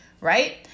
right